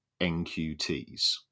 NQTs